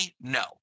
no